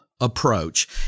approach